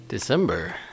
December